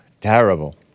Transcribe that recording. Terrible